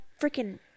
freaking